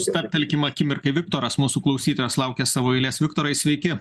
stabtelkim akimirkai viktoras mūsų klausytojas laukia savo eilės viktorai sveiki